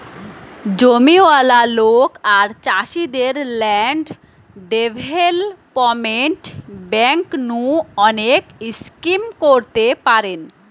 জমিয়ালা লোক আর চাষীদের ল্যান্ড ডেভেলপমেন্ট বেঙ্ক নু অনেক স্কিম করতে পারেন